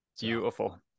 Beautiful